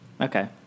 Okay